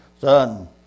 Son